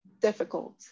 difficult